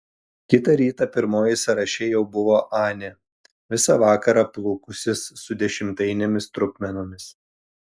kitą rytą pirmoji sąraše jau buvo anė visą vakarą plūkusis su dešimtainėmis trupmenomis